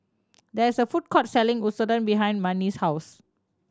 there is a food court selling Katsudon behind Marni's house